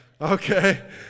Okay